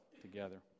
together